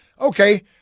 Okay